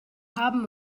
haben